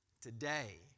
Today